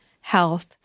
health